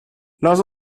lass